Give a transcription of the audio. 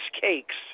cakes